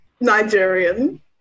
Nigerian